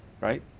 right